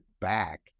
back